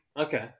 Okay